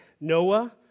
Noah